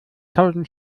tausend